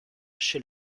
chez